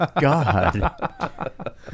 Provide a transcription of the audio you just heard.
God